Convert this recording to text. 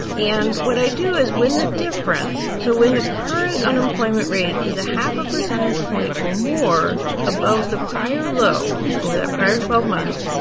and what i do is win the difference. so when the current unemployment rate is a half a percentage point or more above the prior low over that prior twelve months,